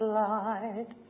light